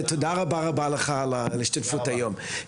תודה רבה לך על ההשתתפות היום.